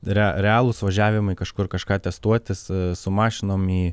rea realūs važiavimai kažkur kažką testuotis su mašinom į